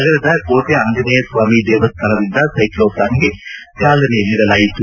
ನಗರದ ಕೋಟೆ ಆಂಜನೇಯ ಸ್ವಾಮಿ ದೇವಸ್ಥಾನದಿಂದ ಸೈಕ್ಲೋತಾನ್ ಗೆ ಚಾಲನೆ ನೀಡಲಾಯಿತು